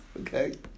Okay